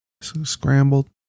Scrambled